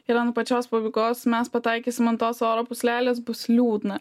ir ant pačios pabaigos mes pataikysim ant tos oro pūslelės bus liūdna